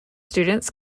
students